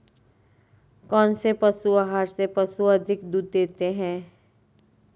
कौनसे पशु आहार से पशु अधिक दूध देते हैं?